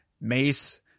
Mace